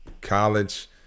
college